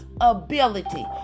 ability